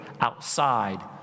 outside